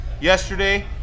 yesterday